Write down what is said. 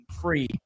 free